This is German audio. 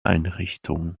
einrichtung